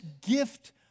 gift